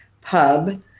pub